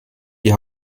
die